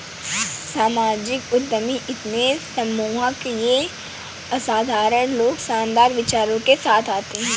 सामाजिक उद्यमी इतने सम्मोहक ये असाधारण लोग शानदार विचारों के साथ आते है